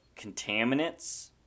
contaminants